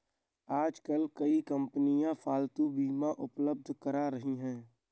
आजकल कई कंपनियां पालतू बीमा उपलब्ध करा रही है